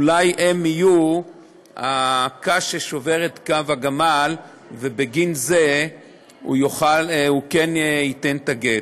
ואולי הם יהיו הקש שישבור את גב הגמל ובגין זה הוא כן ייתן את הגט.